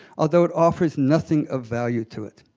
although it offers nothing of value to it.